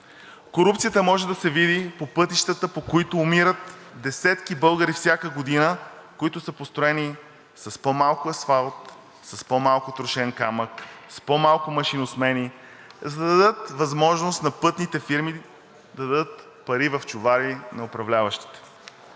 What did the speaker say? Корупцията може да се види по пътищата, по които умират десетки българи всяка година, които са построени с по-малко асфалт, с по-малко трошен камък, с по-малко машиносмени, за да дадат възможност на пътните фирми да дадат пари в чували на управляващите.